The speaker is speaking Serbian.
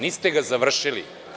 Niste ga završili.